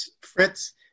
Fritz